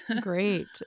Great